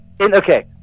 Okay